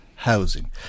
housing